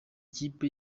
kipe